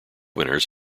winners